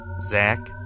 Zach